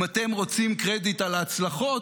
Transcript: אם אתם רוצים קרדיט על ההצלחות,